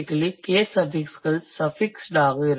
crosslinguistically case அஃபிக்ஸ்கள் சஃபிக்ஸ்டாக இருக்கும்